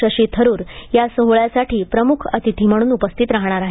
शशी थरूर या सोहळ्यासाठी प्रमुख अतिथी म्हणून उपस्थित राहणार आहेत